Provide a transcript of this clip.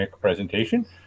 presentation